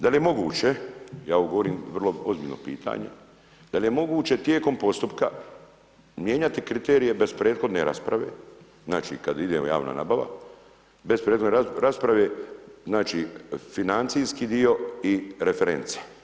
Da li je moguće, ja ovo govorim vrlo ozbiljno pitanje, da li je moguće tijekom postupka mijenjati kriterije bez prethodne rasprave, znači kada ide javna nabava bespredmetne rasprave, znači, financijski dio i reference.